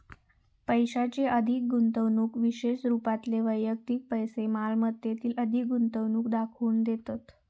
पैशाची अधिक गुंतवणूक विशेष रूपातले व्यक्तिगत पैशै मालमत्तेतील अधिक गुंतवणूक दाखवून देतत